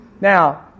Now